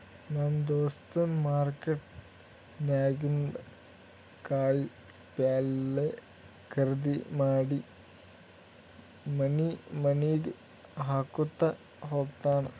ನಮ್ ದೋಸ್ತ ಮಾರ್ಕೆಟ್ ನಾಗಿಂದ್ ಕಾಯಿ ಪಲ್ಯ ಖರ್ದಿ ಮಾಡಿ ಮನಿ ಮನಿಗ್ ಹಾಕೊತ್ತ ಹೋತ್ತಾನ್